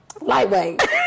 lightweight